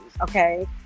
okay